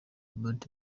bolt